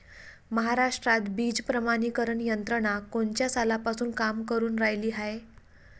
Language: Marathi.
महाराष्ट्रात बीज प्रमानीकरण यंत्रना कोनच्या सालापासून काम करुन रायली हाये?